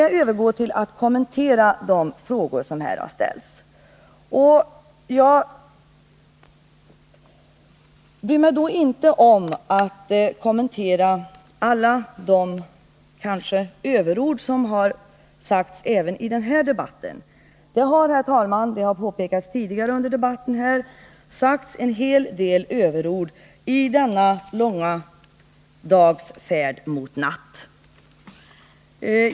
Jag övergår nu till att kommentera de frågor som har ställts. Jag bryr mig då inte om att kommentera alla de överord som har sagts även i den här debatten. Det har, herr talman, som påpekats tidigare under debatten, sagts en hel del överord i denna långa dags färd mot natt.